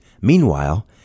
Meanwhile